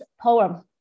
poem